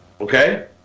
Okay